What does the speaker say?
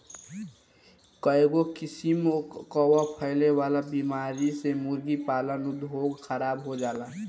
कईगो किसिम कअ फैले वाला बीमारी से मुर्गी पालन उद्योग खराब हो जाला